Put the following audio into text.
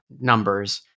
numbers